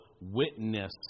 witness